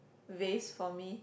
vast for me